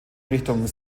richtung